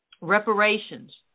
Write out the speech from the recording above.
reparations